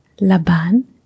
Laban